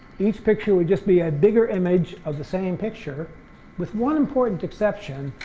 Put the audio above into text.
each picture would just be a bigger image of the same picture with one important exception,